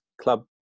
club